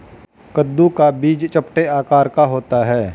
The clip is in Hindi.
कद्दू का बीज चपटे आकार का होता है